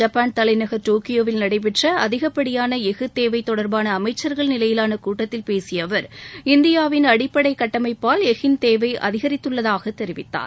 Japan தலைநகர் டோக்கியோவில் நடைபெற்ற அதிகபடியான எஃகு தேவை தொடர்பான அமைச்சர்கள் நிலையிலான கூட்டத்தில் பேசிய அவர் இந்தியாவின் அடிப்படை கட்டமைப்பால் எஃகின் தேவை அதிகரித்துள்ளதாக தெரிவித்தார்